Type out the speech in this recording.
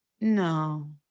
no